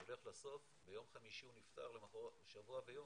נלך לסוף, ביום חמישי הוא נפטר, לאחר שבוע ויום.